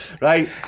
right